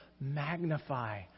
magnify